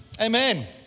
Amen